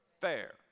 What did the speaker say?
fair